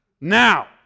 Now